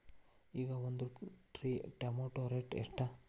ಈಗ ಒಂದ್ tray tomato rate ಎಷ್ಟ?